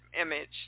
image